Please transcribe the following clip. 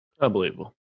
Unbelievable